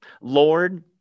Lord